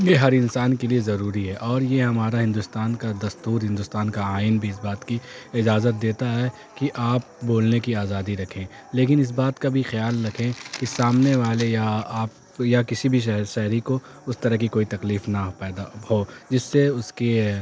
یہ ہر انسان کے لیے ضروری ہے اور یہ ہمارا ہندوستان کا دستور ہندوستان کا آئین بھی اس بات کی اجازت دیتا ہے کہ آپ بولنے کی آزادی رکھیں لیکن اس بات کا بھی خیال رکھیں کہ سامنے والے یا آپ یا کسی بھی شہ شہری کو اس طرح کی کوئی تکلیف نہ پیدا ہو جس سے اس کے